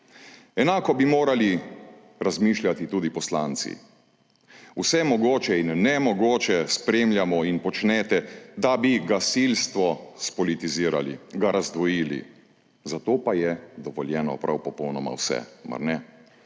Enako bi morali razmišljati tudi poslanci. Vse mogoče in nemogoče spremljamo in počnete, da bi gasilstvo spolitizirali, ga razdvojili. Za to pa je dovoljeno prav popolnoma vse, mar ne?